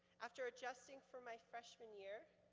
after adjusting for my freshman year,